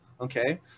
Okay